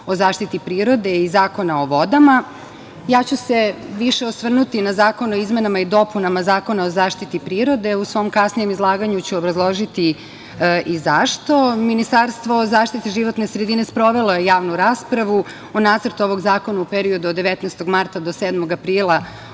o zaštiti prirode i Zakona o vodama. Ja ću se više osvrnuti na zakon o izmenama i dopunama Zakona o zaštiti prirode. U svom kasnijem izlaganju ću obrazložiti i zašto. Ministarstvo zaštite životne sredine sprovelo je javnu raspravu o Nacrtu ovog zakona u periodu od 19. marta do 7. aprila